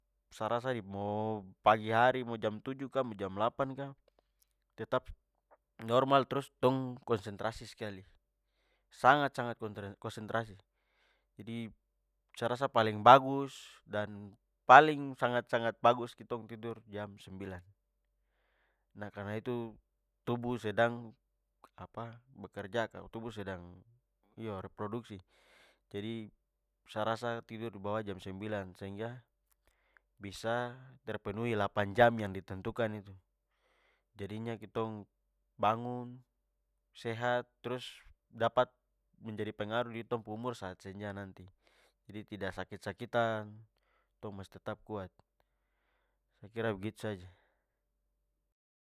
Sa rasa di mo pagi hari, mo jam tujuh ka jam lapan ka tetap normal trus tong konsentrasi skali, sangat, sangat konsentrasi. Jadi sa rasa paling bagus dan paling sangat-sangat bagus itu keting tidur jam sembilan. Nah karna itu tubuh sedang apa bekerja ka, sedang iyo produksi. Jadi, sa rasa tidur dibawah jam sembilan sehingga bisa terpenuhi delapan jam yang ditentukan itu. Jadinya kitong bangun, sehat, trus dapat menjadi pengaruh di tong pu umur saat senja nanti. Jadi, tidak sakit-sakitan, tong masih tetap kuat. Sa kira begitu saja.